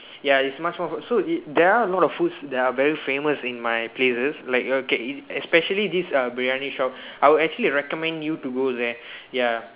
ya it's much more so it there are a lot of foods that are very famous in my places like okay especially this uh biryani shop I would actually recommend you to go there ya